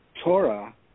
Torah